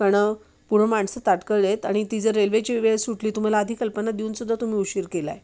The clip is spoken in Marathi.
कारण पूर्ण माणसं ताटकळले आहेत आणि ती जर रेल्वेची वेळ सुटली तुम्हाला आधी कल्पना देऊनसुद्धा तुम्ही उशीर केला आहे